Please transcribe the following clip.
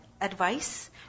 advice